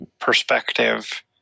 perspective